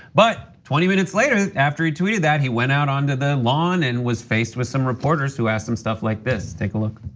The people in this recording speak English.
but twenty minutes later after he tweeted that, he went out onto the lawn and was faced with some reporters who ask him stuff like this. take a look.